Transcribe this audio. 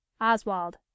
Oswald